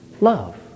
love